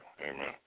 amen